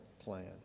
plan